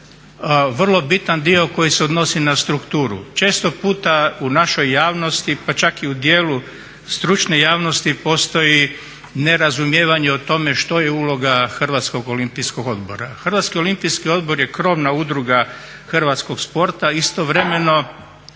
vrlo bitan dio koji se odnosi na strukturu, često puta u našoj javnosti pa čak i u djelu stručne javnosti postoji nerazumijevanje o tome što je uloga HOO-a. HOO je krovna udruga hrvatskog sporta, istovremeno